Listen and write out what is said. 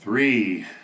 Three